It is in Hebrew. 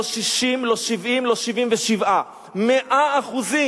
לא 60 לא 70 ולא 77. רבותי,